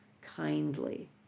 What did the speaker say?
kindly